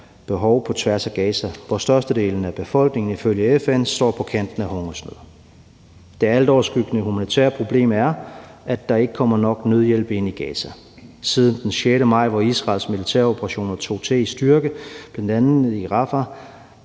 behov på tværs af Gaza og størstedelen af befolkningen ifølge FN's står på kanten af hungersnød. Det altoverskyggende humanitære problem er, at der ikke kommer nok nødhjælp ind i Gaza. Siden den 6. maj, hvor Israels militære operationer tog til i styrke, bl.a. i Rafah,